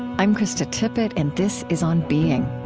i'm krista tippett, and this is on being